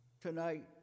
tonight